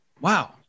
wow